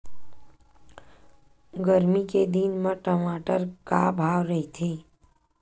गरमी के दिन म टमाटर का भाव रहिथे?